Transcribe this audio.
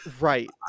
right